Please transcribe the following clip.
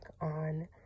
on